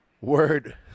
Word